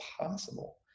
possible